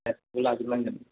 गासैबो लाजोबनांगोन